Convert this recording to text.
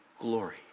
glory